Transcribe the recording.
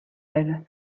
elle